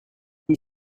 oui